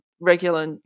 regular